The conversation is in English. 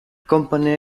company